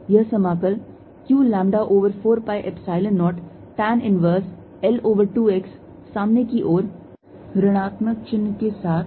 और इसलिए यह समाकल q lambda over 4 pi Epsilon 0 tan inverse L over 2 x सामने की ओर ऋणात्मक चिह्न के साथ